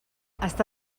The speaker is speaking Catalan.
està